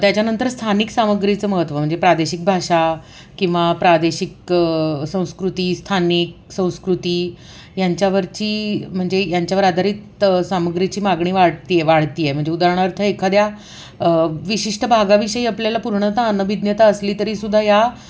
त्याच्यानंतर स्थानिक सामग्रीचं महत्त्व म्हणजे प्रादेशिक भाषा किंवा प्रादेशिक संस्कृती स्थानिक संस्कृती यांच्यावरची म्हणजे यांच्यावर आधारित सामग्रीची मागणी वाढती वाढती आहे म्हणजे उदाहरणार्थ एखाद्या विशिष्ट भागाविषयी आपल्याला पूर्णत अनभिज्ञता असली तरीसुद्धा या